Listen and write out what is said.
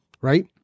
right